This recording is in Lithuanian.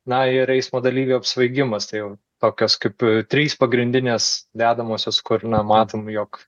na ir eismo dalyvių apsvaigimas tai jau tokios kaip trys pagrindinės dedamosios kur na matom jog